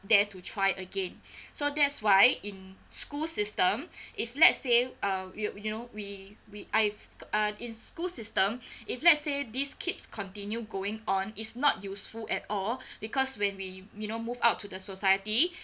dare to try again so that's why in school system if let's say uh you you know we we I've uh in school system if let's say this keeps continue going on it's not useful at all because when we you know move out to the society